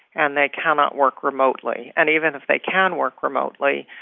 and they cannot work remotely. and even if they can work remotely,